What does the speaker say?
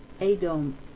Edom